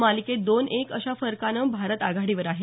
मालिकेत दोन एक अशा फरकानं भारत आघाडीवर आहे